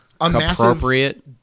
appropriate